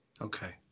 Okay